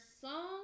song